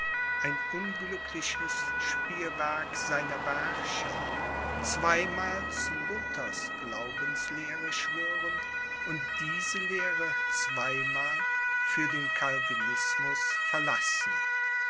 unglückliches spielwerk seiner beherrscher zweimal zu luthers glaubenslehre schwören und diese lehre zweimal für den calvinismus verlassen